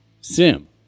Sim